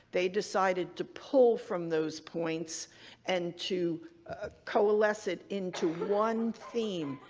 they decided to pull from those points and to coalesce it into one theme,